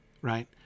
right